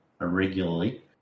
irregularly